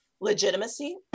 legitimacy